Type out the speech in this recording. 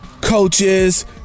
coaches